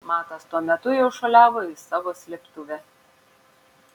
matas tuo metu jau šuoliavo į savo slėptuvę